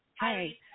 Hi